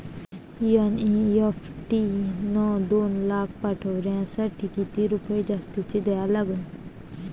NEFT न दोन लाख पाठवासाठी किती रुपये जास्तचे द्या लागन?